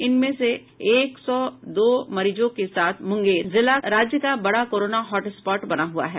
इनमें से एक सौ दो मरीजों के साथ मुंगेर जिला राज्य का बड़ा कोरोना हॉटस्पॉट बना हुआ है